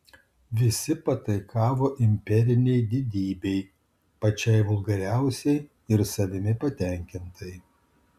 visi pataikavo imperinei didybei pačiai vulgariausiai ir savimi patenkintai